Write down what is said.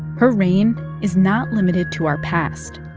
her reign is not limited to our past.